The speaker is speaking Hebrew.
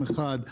אחד,